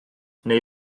neu